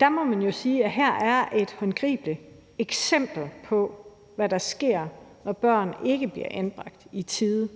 Her må man jo sige, at der er et håndgribeligt eksempel på, hvad der sker, når børn ikke bliver anbragt i tide.